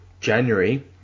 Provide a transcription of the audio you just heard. January